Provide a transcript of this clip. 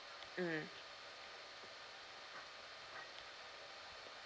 mm